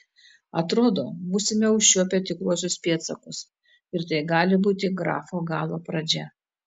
atrodo būsime užčiuopę tikruosius pėdsakus ir tai gali būti grafo galo pradžia